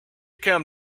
come